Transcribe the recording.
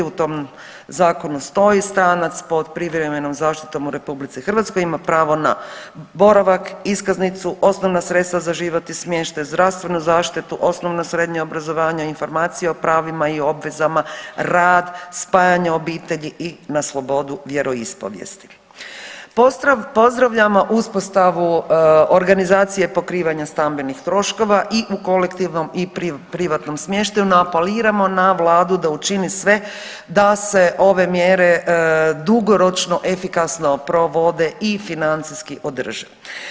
U tom zakonu stoji stranac pod privremenom zaštitom u RH ima pravo na boravak, iskaznicu, osnovna sredstva za život i smještaj, zdravstvenu zaštitu, osnovno i srednje obrazovanje, informacije o pravima i obvezama, rad, spajanje obitelji i na slobodu vjeroispovijesti. … [[Govornik se ne razumije]] pozdravljamo uspostavu organizacije pokrivanja stambenih troškova i u kolektivnom i privatnom smještaju, no apeliramo na vladu da učini sve da se ove mjere dugoročno i efikasno provode i financijski održe.